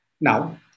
Now